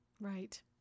Right